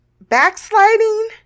backsliding